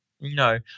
No